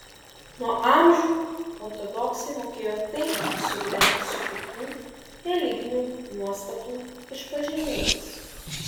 nuo amžių ortodoksai mokėjo taikiai sugyventi su kitų religinių nuostatų išpažinėjais